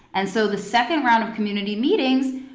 and so the second round of community meetings,